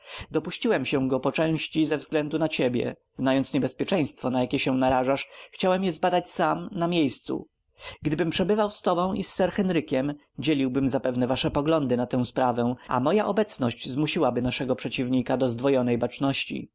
fortel dopuściłem go się poczęści ze względu na ciebie znając niebezpieczeństwo na jakie się narażasz chciałem je zbadać sam na miejscu gdybym przebywał z tobą i z sir henrykiem dzieliłbym zapewne wasze poglądy na tę sprawę a moja obecność zmusiłaby naszego przeciwnika do zdwojonej baczności w